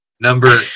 Number